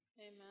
amen